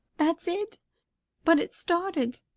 that's it but it's started,